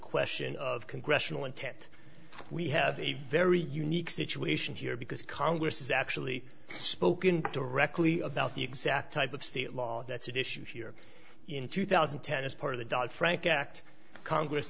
question of congressional intent we have a very unique situation here because congress has actually spoken directly about the exact type of state law that's an issue here in two thousand and ten as part of the dodd frank act congress